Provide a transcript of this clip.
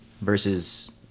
versus